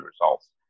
results